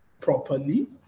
properly